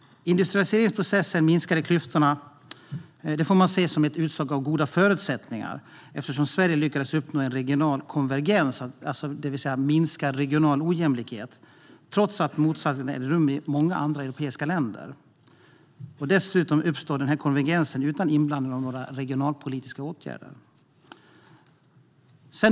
Industrialiseringsprocessens minskade klyftor får ses som ett utslag av goda förutsättningar, eftersom Sverige lyckades uppnå regional konvergens, det vill säga minskad regional ojämlikhet, trots att motsatsen ägde rum i många andra europeiska länder. Dessutom uppstod den här konvergensen utan inblandning av några regionalpolitiska åtgärder.